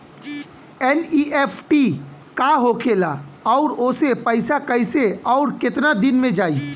NEFT का होखेला और ओसे पैसा कैसे आउर केतना दिन मे जायी?